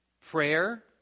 Prayer